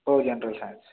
हो general science